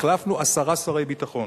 החלפנו עשרה שרי ביטחון.